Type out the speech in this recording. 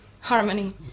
harmony